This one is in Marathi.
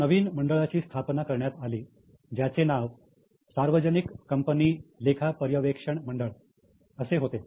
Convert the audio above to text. एका नवीन मंडळाची स्थापना करण्यात आली ज्याचे नाव 'सार्वजनिक कंपनी लेखा पर्यवेक्षण मंडळ' असे होते